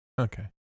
Okay